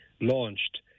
launched